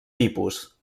tipus